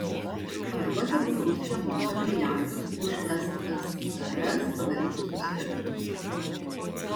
arba tegul rusija moka milijardus už ssrs padarytus nusikaltimus